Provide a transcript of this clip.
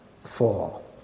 fall